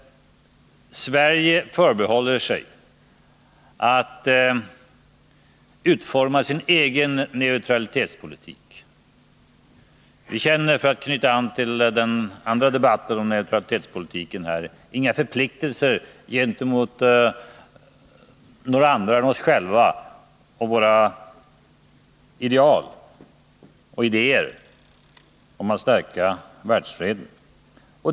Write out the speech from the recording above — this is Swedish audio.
Sverige har förbehållit sig rätten att utforma sin egen neutralitetspolitik. Vi känner — för att knyta an till den andra debatten här om neutralitetspolitiken —- inga förpliktelser gentemot några andra än oss själva och vårt ansvar att vara med om att stärka världsfreden.